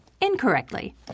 Incorrectly